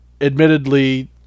admittedly